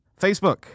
Facebook